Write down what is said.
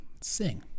sing